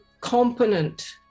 component